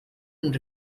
and